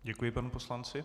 Děkuji panu poslanci.